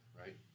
right